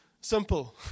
Simple